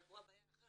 אבל פה הבעיה אחרת.